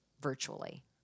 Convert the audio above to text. virtually